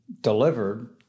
delivered